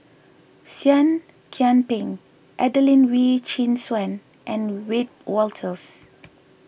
Seah Kian Peng Adelene Wee Chin Suan and Wiebe Wolters